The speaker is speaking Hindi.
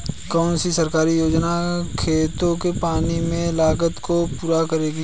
कौन सी सरकारी योजना खेतों के पानी की लागत को पूरा करेगी?